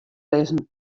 lizzen